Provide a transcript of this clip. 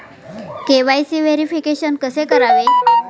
KYC verification कसे करावे?